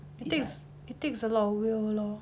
it takes it takes a lot of will lor